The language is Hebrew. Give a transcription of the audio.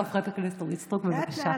חברת הכנסת אורית סטרוק, בבקשה.